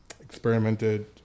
experimented